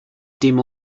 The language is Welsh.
dim